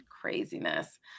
Craziness